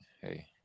hey